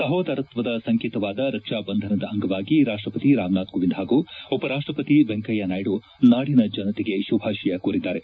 ಸಹೋದರತ್ವದ ಸಂಕೇತವಾದ ರಕ್ಷಾಬಂಧನದ ಅಂಗವಾಗಿ ರಾಷ್ಟ್ರಪತಿ ರಾಮನಾಥ್ ಕೋವಿಂದ್ ಹಾಗೂ ಉಪರಾಷ್ಟ್ವಪತಿ ವೆಂಕಯ್ಯನಾಯ್ದು ನಾಡಿನ ಜನತೆಗೆ ಶುಭಾಶಯ ಕೋರಿದ್ದಾರೆ